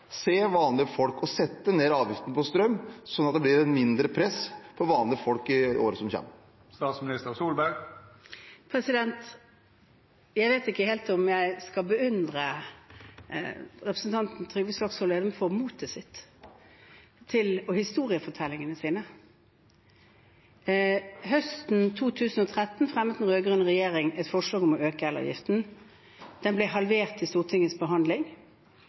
se vanlige folk og sette ned avgiften på strøm, sånn at det blir et mindre press for vanlige folk i årene som kommer? Jeg vet ikke helt om jeg skal beundre representanten Trygve Slagsvold Vedum for hans mot og hans historiefortellinger. Høsten 2013 fremmet den rød-grønne regjeringen et forslag om å øke elavgiften, og den ble halvert ved Stortingets behandling.